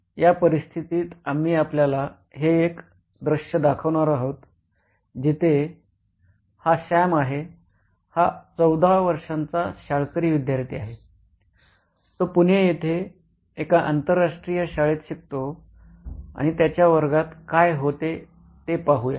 म्हणून या परिस्थितीत आम्ही आपल्याला हे एक दृश्य दाखवणार आहोत जिथे हा सॅम आहे हा 14 वर्षाचा शाळकरी विद्यार्थी आहे तो पुणे येथे एका आंतरराष्ट्रीय शाळेत शिकतो आणि त्याच्या वर्गात काय होते ते पाहूया